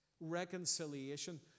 reconciliation